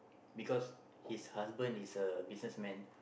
because his husband is a businessman